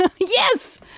Yes